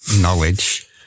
knowledge